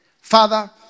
Father